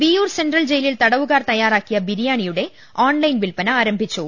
Viyyur central ജയിലിൽ തടവുകാർ തയാറാക്കിയ ബിരിയാണിയുടെ ഓൺലൈൻ വിൽപന ആരംഭിച്ചു